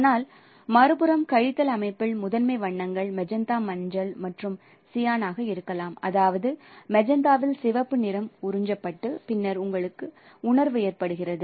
ஆனால் மறுபுறம் கழித்தல் அமைப்பில் முதன்மை வண்ணங்கள் மெஜந்தா மஞ்சள் மற்றும் சியான் ஆக இருக்கலாம் அதாவது மெஜந்தாவில் சிவப்பு நிறம் உறிஞ்சப்பட்டு பின்னர் உங்களுக்கு உணர்வு ஏற்படுகிறது